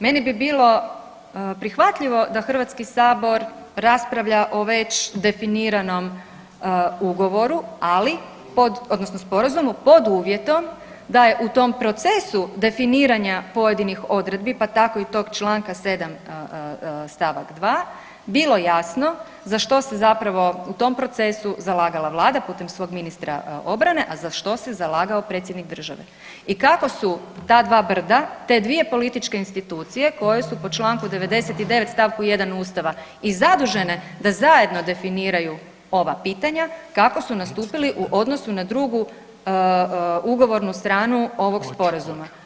Meni bi bilo prihvatljivo da HS raspravlja o već definiranom ugovoru, ali, pod, odnosno sporazumu, pod uvjetom da je u tom procesu definiranja pojedinih odredbi, pa tako i tog čl. 7 st. 2 bilo jasno za što se zapravo u tom procesu zalagala Vlada putem svog ministra obrane, a za što se zalagao predsjednik države i kako su ta dva brda, te dvije političke institucije koje su po čl. 99 st. 1 Ustava i zadužene da zajedno definiraju ova pitanja, kako su nastupili u odnosu na drugu ugovornu stranu ovog Sporazuma.